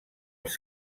els